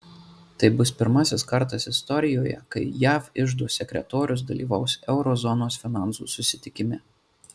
tai bus pirmasis kartas istorijoje kai jav iždo sekretorius dalyvaus euro zonos finansų susitikime